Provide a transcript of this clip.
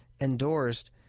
endorsed